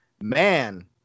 man